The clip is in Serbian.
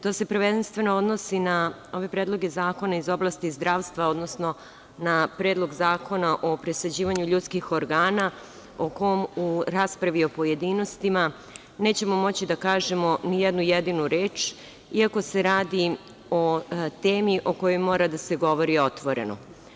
To se prvenstveno odnosi na ove predloge zakona iz oblasti zdravstva, odnosno na Predlog zakona o presađivanju ljudskih organa o kom u raspravi u pojedinostima nećemo moći da kažemo ni jednu jedinu reč, iako se radi o temi o kojoj mora da se govori otvoreno.